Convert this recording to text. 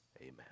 Amen